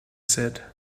said